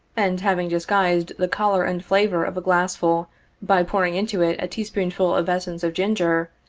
and having disguised the color and flavor of a glassful by pouring into it a teaspoonful of essence of ginger,